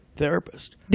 therapist